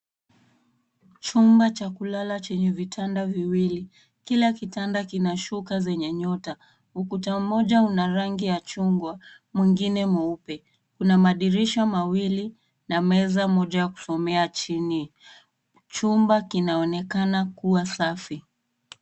Chumba cha kulala chenye vitanda viwili. Kila kitanda kina shuka zenye nyota. Ukuta mmoja una rangi ya chungwa mwingine mweupe, kuna madirisha mawili na meza moja ya kusomea chini. Chumba kinaonekana kuwa safi.